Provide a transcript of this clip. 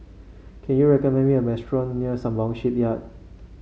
can you recommend me a restaurant near Sembawang Shipyard